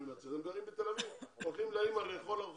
יכולים לצאת ארבע פעמים ביום,